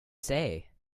say